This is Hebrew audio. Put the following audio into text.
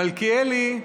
מלכיאלי,